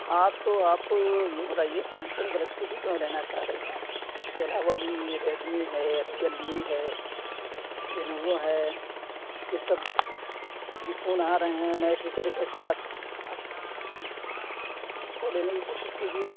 ہاں تو آپ یہ بتائیے سیمسنگ گلیکسی ہی کیوں لینا چاہ رہی ہیں اِس کے علاوہ بھی ریڈ می ہے یا ریئل می ہے لینووو ہے یہ سب بھی فون آ رہے ہیں نئے فیچر کے ساتھ آپ اُس کے اُس کو لینے کی کوشش کیجیے